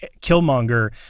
Killmonger